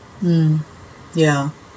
mm ya